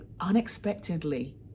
unexpectedly